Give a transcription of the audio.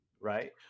Right